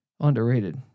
Underrated